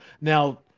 Now